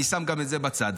אני שם גם את זה בצד.